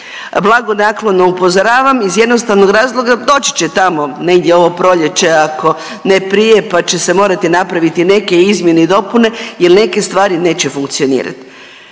blagonaklono upozoravam iz jednostavnog razloga, doći će tamo negdje ovo proljeće ako ne prije, pa će se morati napraviti neke izmjene i dopune jel neke stvari neće funkcionirati.